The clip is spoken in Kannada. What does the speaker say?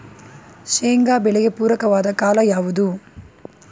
ಶೇಂಗಾ ಬೆಳೆಗೆ ಪೂರಕವಾದ ಕಾಲ ಯಾವುದು?